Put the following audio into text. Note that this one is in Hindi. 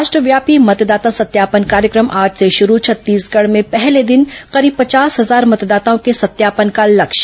राष्ट्रव्यापी मतदाता सत्यापन कार्यक्रम आज से शुरू छत्तीसगढ़ में पहले दिन करीब पचास हजार मतदाताओं के सत्यापन का लक्ष्य